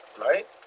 Right